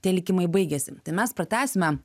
tie likimai baigiasi tai mes pratęsime